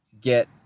get